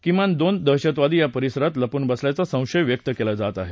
किमान दोन दहशतवादी या परिसरात लपून बसल्याचा संशय व्यक्त केला जात आहे